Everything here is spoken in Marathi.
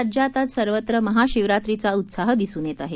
राज्यात आज सर्वत्र महाशिवरात्रीचा उत्साह दिसून येत आहे